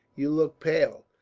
you look pale.